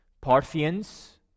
Parthians